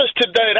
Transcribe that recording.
today